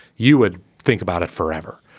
you would think about it forever.